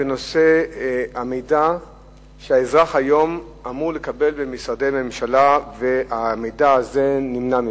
בנושא המידע שהאזרח אמור לקבל היום במשרדי הממשלה אך זה נמנע ממנו.